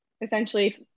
essentially